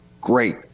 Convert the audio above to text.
Great